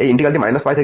এবংইন্টিগ্র্যাল হল -π থেকে